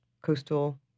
Coastal